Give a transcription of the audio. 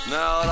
Now